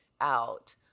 out